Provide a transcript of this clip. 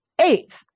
eighth